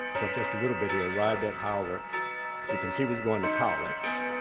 but just a little bit he arrived at howard because he was going to college.